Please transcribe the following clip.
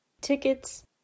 tickets